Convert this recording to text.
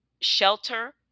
shelter